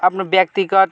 आफ्नो व्यक्तिगत